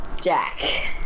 Jack